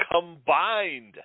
combined